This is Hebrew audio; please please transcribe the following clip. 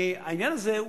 העניין הזה,